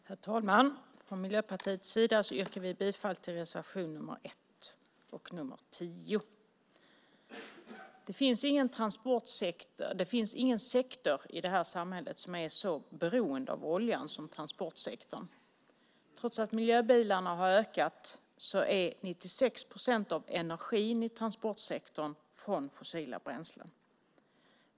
Herr talman! Från Miljöpartiets sida yrkar vi bifall till reservation nr 1 och nr 10. Det finns ingen sektor i det här samhället som är så beroende av oljan som transportsektorn. Trots att antalet miljöbilar har ökat kommer 96 procent av energin inom transportsektorn från fossila bränslen.